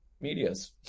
medias